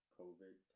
covid